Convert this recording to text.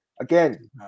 Again